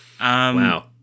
Wow